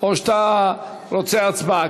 או שאתה רוצה הצבעה?